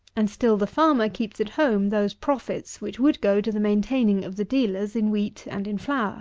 and still the farmer keeps at home those profits which would go to the maintaining of the dealers in wheat and in flour